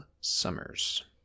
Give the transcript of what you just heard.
Summers